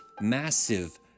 massive